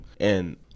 And-